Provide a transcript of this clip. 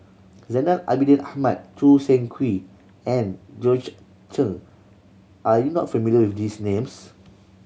Zainal Abidin Ahmad Choo Seng Quee and Georgette Chen are you not familiar with these names